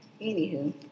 Anywho